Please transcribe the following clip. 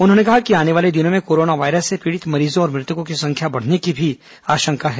उन्होंने कहा कि आने वाले दिनों में कोरोना वायरस से पीड़ित मरीजों और मृतकों की संख्या बढ़ने की भी आशंका है